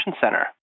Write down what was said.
Center